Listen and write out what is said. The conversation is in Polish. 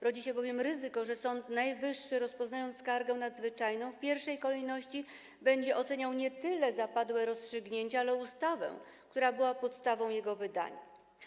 Rodzi się bowiem ryzyko, że Sąd Najwyższy, rozpoznając skargę nadzwyczajną, w pierwszej kolejności będzie oceniał nie tyle zapadłe rozstrzygnięcie, ile ustawę, która była podstawą jego wydania.